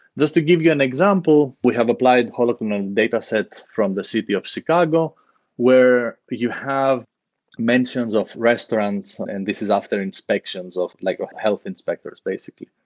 just to give you an example, we have applied holoclean and datasets from the city of chicago where you have mentions of restaurants, and this is after inspections of like health inspectors, basically.